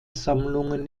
sammlungen